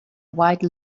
white